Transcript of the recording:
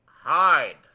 Hide